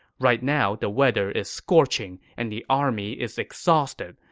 right now the weather is scorching and the army is exhausted.